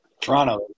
toronto